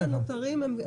כן,